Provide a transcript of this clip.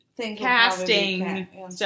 casting